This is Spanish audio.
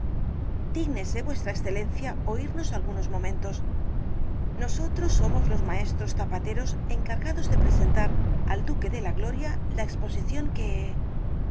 repuso dígnese v e oírnos algunos momentos nosotros somos los maestros zapateros encargados de presentar al duque de la gloria la exposición que